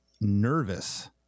nervous